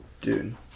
Dude